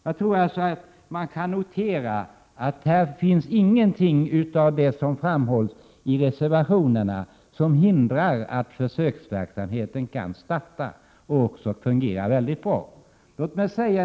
Jag tror alltså att man kan notera att här finns inget av det som framhålls i reservationerna som hindrar att försöksverksamheten kan starta och fungera bra.